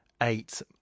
eight